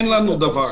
אין לנו דבר כזה.